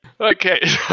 okay